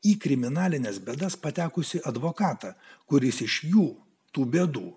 į kriminalines bėdas patekusį advokatą kuris iš jų tų bėdų